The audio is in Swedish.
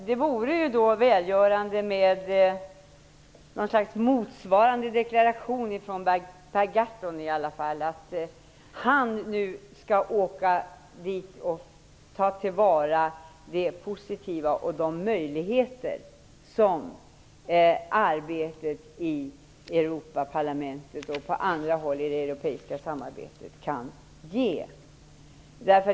Det vore ju då välgörande med något slags motsvarande deklaration av Per Gahrton att han i EU skall ta till vara det positiva och de möjligheter som arbetet i Europaparlamentet och annat europeiskt samarbete kan ge.